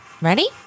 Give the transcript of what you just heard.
ready